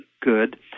good